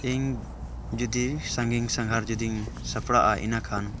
ᱤᱧ ᱡᱩᱫᱤ ᱥᱟᱺᱜᱤᱧ ᱥᱟᱸᱜᱷᱟᱨ ᱡᱩᱫᱤᱧ ᱥᱟᱯᱲᱟᱜᱼᱟ ᱤᱱᱟᱹᱠᱷᱟᱱ